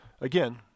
again